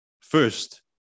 first